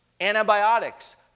antibiotics